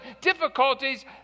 difficulties